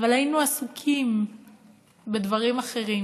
אבל היינו עסוקים בדברים אחרים.